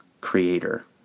creator